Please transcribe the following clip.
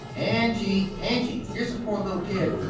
angie! angie! here's a poor little kid